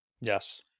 Yes